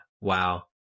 wow